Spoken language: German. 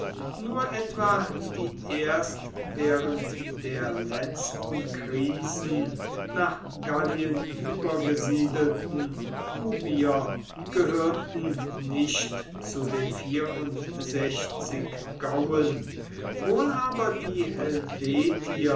nur etwa die erst während der letzten krisen nach gallien übergesiedelten ubier gehörten nicht zu den gauen wohl aber die helvetier